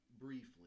briefly